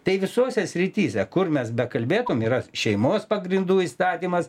tai visose srityse kur mes bekalbėtum yra šeimos pagrindų įstatymas